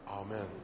Amen